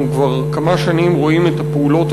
אנחנו כבר כמה שנים אנחנו רואים את הפעולות